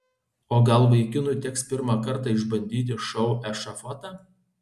o gal vaikinui teks pirmą kartą išbandyti šou ešafotą